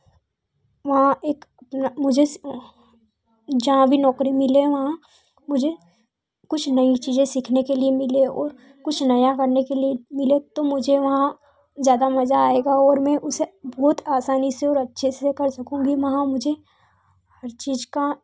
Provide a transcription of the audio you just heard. वहाँ एक अपना मुझे सि जहाँ भी नौकरी मिले वहाँ मुझे कुछ नई चीज़ें सीखने के लिए मिलें और कुछ नया करने के लिए मिले तो मुझे वहाँ ज़्यादा मज़ा आएगा और मैं उसे बहुत आसानी से और अच्छे से कर सकूँगी वहाँ मुझे हर चीज़ का